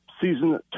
season